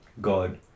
God